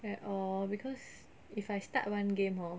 at all because if I start one game hor